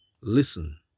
listen